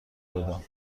دادم